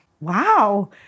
wow